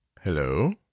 hello